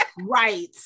Right